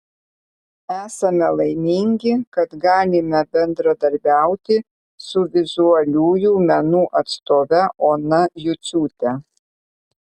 esame laimingi kad galime bendradarbiauti su vizualiųjų menų atstove ona juciūte